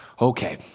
Okay